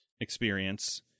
experience